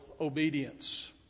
obedience